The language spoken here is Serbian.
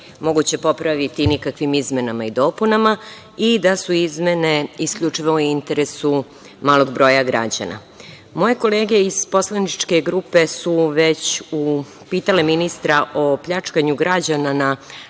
moguće popraviti nikakvim izmenama i dopunama i da su izmene isključivo u interesu malog broja građana. Moje kolege iz poslaničke grupe su već upitale ministra o pljačkanju građana na